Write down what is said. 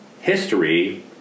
history